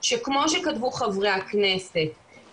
שכמו שכתבו חברי הכנסת,